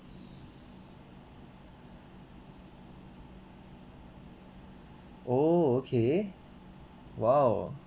oh okay !wow!